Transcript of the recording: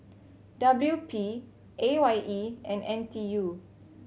W P A Y E and N T U